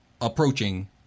approaching